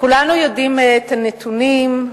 כולנו מכירים את הנתונים,